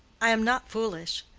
i am not foolish.